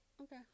Okay